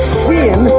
sin